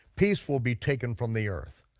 peace will be taken from the earth,